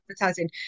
advertising